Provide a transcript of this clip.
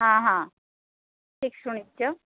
ହଁ ହଁ ଠିକ୍ ଶୁଣିଛ